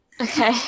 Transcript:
Okay